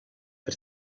per